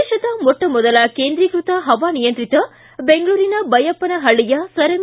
ದೇಶದ ಮೊಟ್ಟ ಮೊದಲ ಕೇಂದ್ರೀಕೃತ ಪವಾನಿಯಂತ್ರಿತ ಬೈಯಪ್ಪನಪಳ್ಳಿಯ ಸರ್ ಎಂ